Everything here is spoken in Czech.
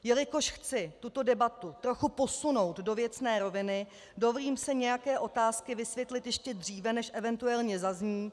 Jelikož chci tuto debatu trochu posunout do věcné roviny, dovolím si nějaké otázky vysvětlit ještě dříve, než eventuálně zazní.